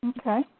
Okay